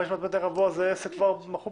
500 מטרים רבועים זה עסק מכובד.